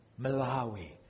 Malawi